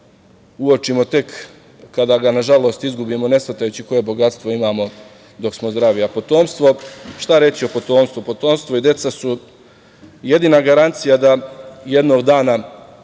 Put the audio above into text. uočimo tek, kada ga na žalost izgubimo ne shvatajući koje bogatstvo imamo dok smo zdravi, a potomstvo? Šta reći o potomstvu, deca su jedina garancija da jednog dana,